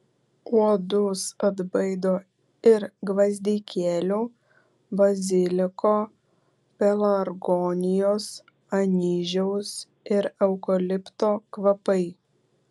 uodus atbaido ir gvazdikėlių baziliko pelargonijos anyžiaus ir eukalipto kvapai